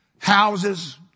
Houses